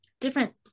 different